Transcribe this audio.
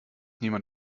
niemand